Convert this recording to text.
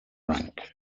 rank